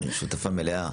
שותפה מלאה.